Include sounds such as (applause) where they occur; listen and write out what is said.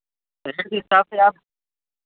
(unintelligible) हिसाब से आप